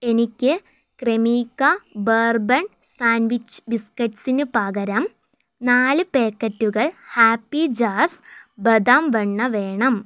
എനിക്ക് Cremica bourbon sandwich ബിസ്ക്കറ്റ്സിന് പകരം നാല് പാക്കറ്റുകൾ ഹാപ്പി ജാർസ് ബദാം വെണ്ണ വേണം